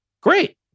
Great